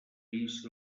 pis